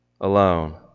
alone